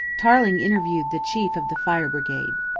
tarling interviewed the chief of the fire brigade.